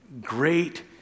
Great